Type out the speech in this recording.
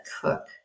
cook